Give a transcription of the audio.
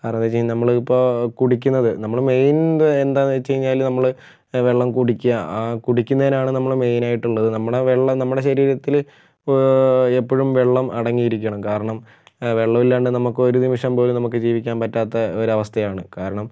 കാരണമെന്താണെന്ന് വെച്ച് കഴിഞ്ഞാൽ നമ്മളിപ്പോൾ കുടിക്കുന്നത് നമ്മൾ മെയിൻ എന്താണെന്ന് വെച്ച് കഴിഞ്ഞാൽ നമ്മൾ വെള്ളം കുടിക്കുക കുടിക്കുന്നതിനാണ് നമ്മൾ മെയിനായിട്ടുള്ളത് നമ്മുടെ വെള്ളം നമ്മുടെ ശരീരത്തിൽ എപ്പോഴും വെള്ളം അടങ്ങിയിരിക്കണം കാരണം വെള്ളമില്ലാണ്ട് നമുക്ക് ഒരു നിമിഷം പോലും നമുക്ക് ജീവിക്കാൻ പറ്റാത്ത ഒരവസ്ഥയാണ് കാരണം